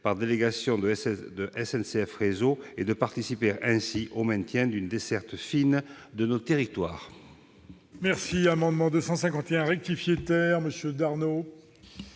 par délégation de SNCF Réseau et de participer ainsi au maintien d'une desserte fine des territoires.